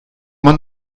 man